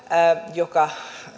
joka